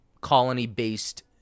colony-based